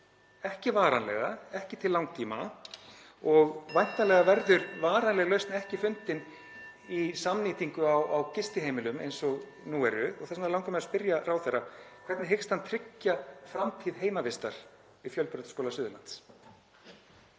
ekki varanlega, ekki til langtíma og væntanlega verður varanleg lausn ekki fundin í samnýtingu á gistiheimilum eins og nú er. (Forseti hringir.) Þess vegna langar mig að spyrja ráðherra: Hvernig hyggst hann tryggja framtíð heimavistar í Fjölbrautaskóla Suðurlands?